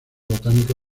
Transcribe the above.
botánico